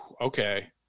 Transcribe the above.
Okay